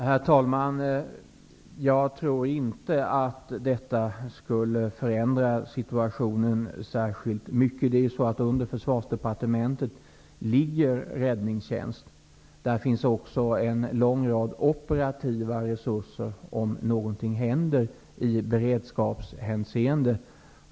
Herr talman! Jag tror inte att det skulle förändra situationen särskilt mycket. Under Försvarsdepartementet ligger räddningstjänst. Där finns också en lång rad operativa resurser, om någonting skulle hända i beredskapshänseende.